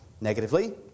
negatively